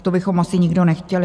Tak to bychom asi nikdo nechtěli.